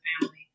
family